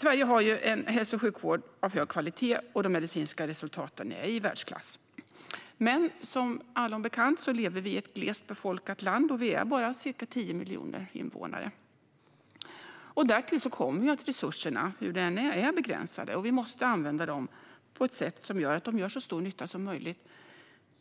Sverige har som flera har påpekat en hälso och sjukvård av hög kvalitet, och de medicinska resultaten är i världsklass. Men som allom bekant lever vi i ett glest befolkat land med bara ca 10 miljoner invånare. Därtill kommer att resurserna är begränsade. Vi måste använda dem på så sätt att de gör så stor nytta som möjligt